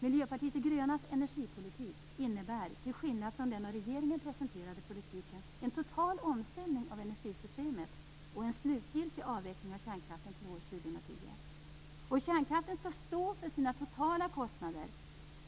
Miljöpartiet de grönas energipolitik innebär, till skillnad från den av regeringen presenterade politiken, en total omställning av energisystemet och en slutgiltig avveckling av kärnkraften till år Kärnkraften skall stå för sina totala kostnader.